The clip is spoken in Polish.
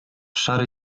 szary